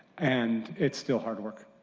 and it's still hard work.